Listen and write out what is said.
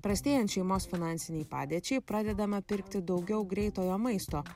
prastėjant šeimos finansinei padėčiai pradedama pirkti daugiau greitojo maisto